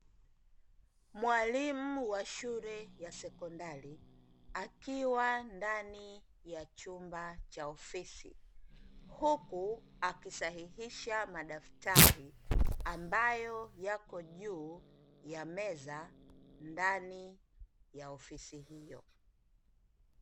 Mwalimu wa shule ya sekondari akiwa ndani ya chumba cha ofisi, huku akisahihisha madaftari ambayo yapo juu ya meza, ndani ya ofisi hiyo.